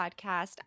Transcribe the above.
podcast